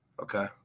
Okay